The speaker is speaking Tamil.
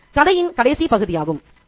இது கதையின் கடைசி பகுதியாகும்